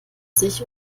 sich